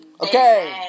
Okay